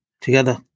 together